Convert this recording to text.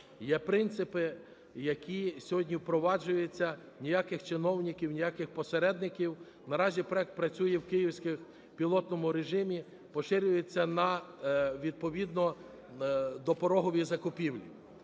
Є принципи, які сьогодні впроваджуються, – Ніяких чиновників, ніяких посередників. Наразі проект працює в київських… пілотному режимі, поширюється на відповідно допорогові закупівлі.